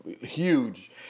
huge